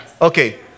Okay